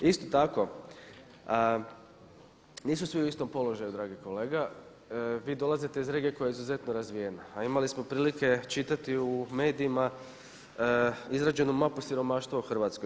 Isto tako nisu svi u istom položaju dragi kolega, vi dolazite iz regije koja je izuzetno razvijena a imali smo prilike čitati u medijima izrađenu mapu siromaštva u Hrvatskoj.